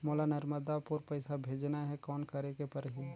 मोला नर्मदापुर पइसा भेजना हैं, कौन करेके परही?